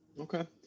Okay